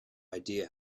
idea